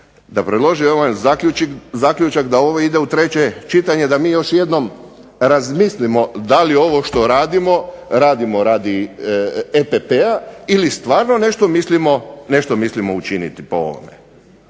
da predložimo da ovaj zaključak da ovo ide u treće čitanje, da mi još jednom razmislimo da li je ovo što radimo, radimo radi EPP-a ili stvarno nešto mislimo učiniti po ovome.